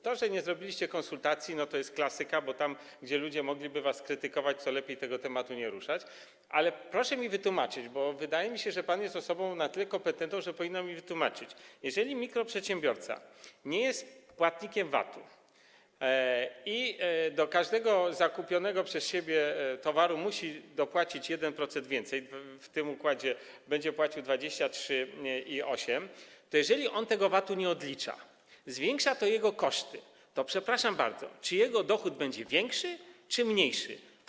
To, że nie zrobiliście konsultacji, to jest klasyka, bo tam, gdzie ludzie mogliby was krytykować, lepiej tematu nie ruszać, ale proszę mi wytłumaczyć, bo wydaje mi się, że pan jest osobą na tyle kompetentną, że powinien mi to wytłumaczyć: jeżeli mikroprzedsiębiorca nie jest płatnikiem VAT-u i do każdego zakupionego przez siebie towaru musi dopłacić 1% więcej, w tym układzie będzie płacił 23 i 8%, to skoro on tego VAT-u nie odlicza, skoro zwiększa to jego koszty, jego dochód, przepraszam bardzo, będzie większy czy mniejszy?